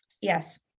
Yes